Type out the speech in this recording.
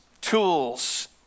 tools